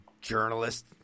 journalist